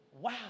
Wow